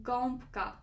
Gąbka